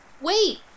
Wait